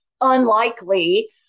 unlikely